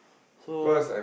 so